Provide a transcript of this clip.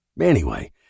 Anyway